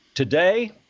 Today